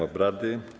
obrady.